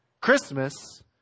Christmas